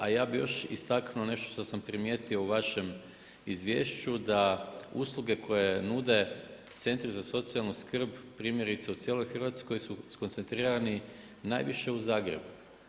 A ja bi još istaknuo nešto što sam primijetio u vašem izvješću, da usluge koje nude centri za socijalnu skrb, primjerice u cijeloj Hrvatskoj su skoncentrirani najviše u Zagrebu.